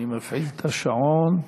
אני מפעיל את השעון.